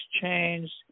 changed